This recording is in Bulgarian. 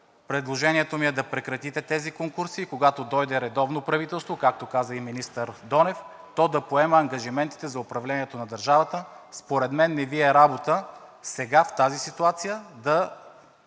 Предложението ми е да прекратите тези конкурси и когато дойде редовно правителство, както каза и министър Донев, то да поема ангажиментите за управлението на държавата. Според мен не Ви е работа сега в тази ситуация да